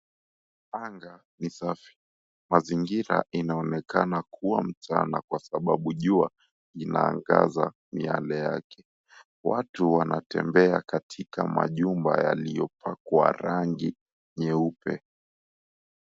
Anga ni safi mazingira inaonekana kua mchana ka sababu jua linaangaza miale yake. Watu wanatembea katika majumba yaliyopakwa rangi nyeupe.